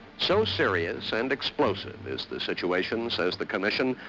so serious and explosive is the situation, says the commission,